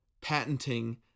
patenting